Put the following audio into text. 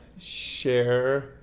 share